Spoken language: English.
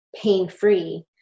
pain-free